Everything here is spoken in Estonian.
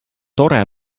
tore